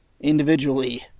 individually